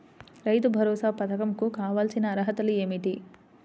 రైతు భరోసా పధకం కు కావాల్సిన అర్హతలు ఏమిటి?